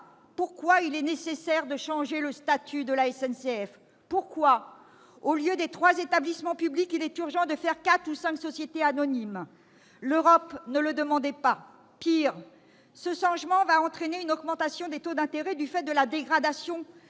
pourquoi il est nécessaire de changer le statut de la SNCF. Pourquoi, au lieu des trois établissements publics, est-il urgent de créer quatre ou cinq sociétés anonymes ? L'Europe ne le demandait pas. Pis, ce changement va entraîner une augmentation des taux d'intérêt du fait de la dégradation